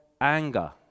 anger